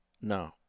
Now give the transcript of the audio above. No